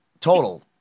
Total